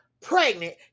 pregnant